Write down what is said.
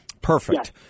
Perfect